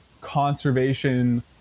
conservation